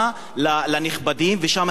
ושם הביעו את העמדה שלהם.